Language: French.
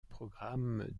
programmes